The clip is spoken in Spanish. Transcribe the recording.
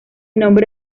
nombre